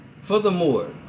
Furthermore